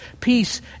peace